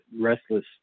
restless